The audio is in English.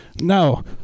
No